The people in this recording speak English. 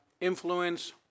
influence